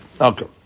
Okay